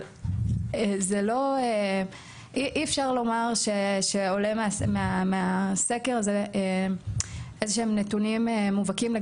אי אפשר לומר שעולה מהסקר הזה איזה שהם נתונים מובהקים.